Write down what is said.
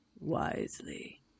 wisely